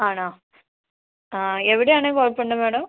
ആണോ ആ എവിടെയാണ് കോഴിക്കോടിൻ്റെ മാഡം